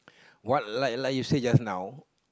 what like like you said just now